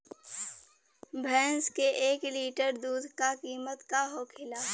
भैंस के एक लीटर दूध का कीमत का होखेला?